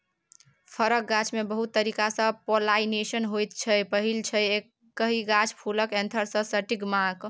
फरक गाछमे बहुत तरीकासँ पोलाइनेशन होइ छै पहिल छै एकहि गाछ फुलक एन्थर सँ स्टिगमाक